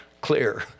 clear